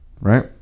right